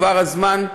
עבר הזמן,